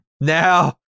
Now